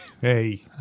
Hey